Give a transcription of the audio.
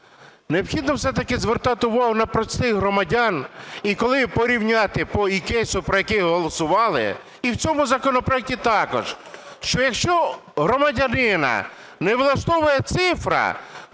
Необхідно все-таки звертати увагу на простих громадян. І, коли порівняти і по кейсу, за який голосували, і в цьому законопроекті також. Що якщо громадянина не влаштовує цифра,